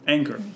Anchor